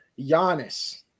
Giannis